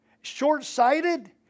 short-sighted